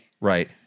Right